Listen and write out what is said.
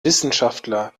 wissenschaftler